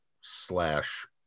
slash